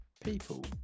People